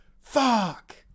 Fuck